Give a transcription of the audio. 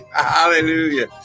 hallelujah